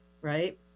right